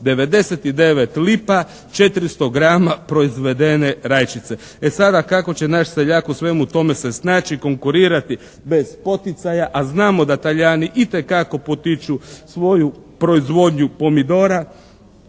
99 lipa, 400 grama proizvedene rajčice. E sada, kako će naš seljak u svemu tome se snaći, konkurirati bez poticaja a znamo da Talijani itekako potiču svoju proizvodnju pomidora.